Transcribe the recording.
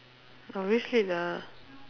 obviously lah